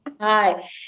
hi